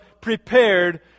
prepared